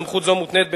סמכות זו מותנית,